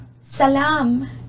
Salam